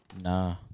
Nah